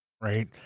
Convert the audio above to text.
right